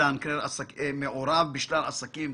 מעורב בשלל עסקים,